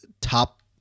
top